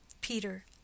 Peter